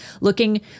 Looking